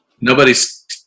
nobody's